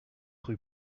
rue